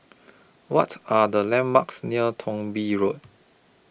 What Are The landmarks near Thong Bee Road